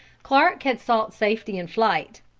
clark had sought safety in flight.